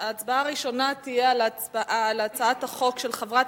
ההצבעה הראשונה תהיה על הצעת החוק של חברת